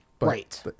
Right